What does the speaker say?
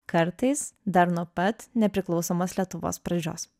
kartais dar nuo pat nepriklausomos lietuvos pradžios